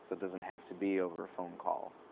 so doesn't have to be over a phone call.